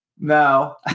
No